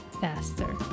faster